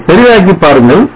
அதை பெரிதாக்கி பாருங்கள்